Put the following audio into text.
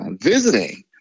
visiting